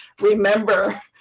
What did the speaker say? remember